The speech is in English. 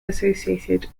associated